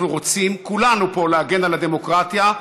אנחנו רוצים כולנו פה להגן על הדמוקרטיה,